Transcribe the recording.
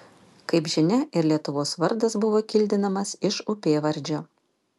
kaip žinia ir lietuvos vardas buvo kildinamas iš upėvardžio